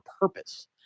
purpose